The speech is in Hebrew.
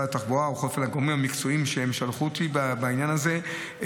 התחבורה או לגורמים המקצועיים ששלחו אותי בעניין הזה.